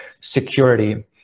security